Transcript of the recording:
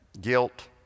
guilt